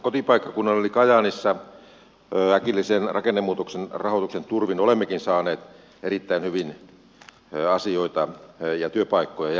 kotipaikkakunnallani kajaanissa äkillisen rakennemuutoksen rahoituksen turvin olemmekin saaneet erittäin hyvin asioita ja työpaikkoja järjestettyä